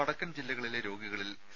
വടക്കൻ ജില്ലകളിലെ രോഗികളിൽ സി